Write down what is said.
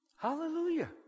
Hallelujah